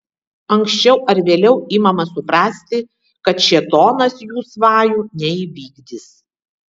anksčiau ar vėliau imama suprasti kad šėtonas jų svajų neįvykdys